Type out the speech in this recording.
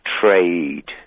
trade